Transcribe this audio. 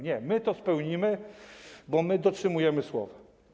Nie, my to spełnimy, bo my dotrzymujemy słowa.